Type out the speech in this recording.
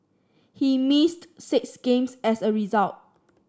he missed six games as a result